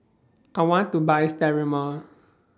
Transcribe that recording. I want to Buy Sterimar